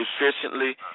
efficiently